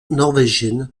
norvégienne